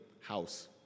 house